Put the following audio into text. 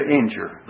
injure